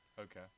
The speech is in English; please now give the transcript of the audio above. Okay